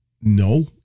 No